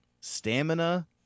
stamina